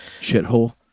shithole